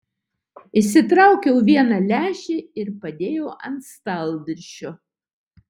išsitraukiau vieną lęšį ir padėjau ant stalviršio